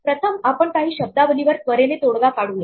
प्रथम आपण काही शब्दावलीवर त्वरेने तोडगा काढू या